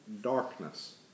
darkness